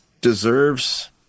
deserves